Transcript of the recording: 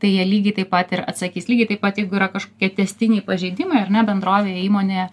tai jie lygiai taip pat ir atsakys lygiai taip pat jeigu yra kažkokie tęstiniai pažeidimai ar ne bendrovėje įmonėje